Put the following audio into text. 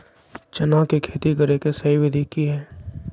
चना के खेती करे के सही विधि की हय?